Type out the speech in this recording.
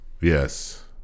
Yes